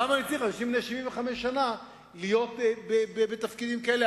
למה צריכים אנשים בני 75 שנה להיות בתפקידים כאלה?